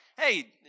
hey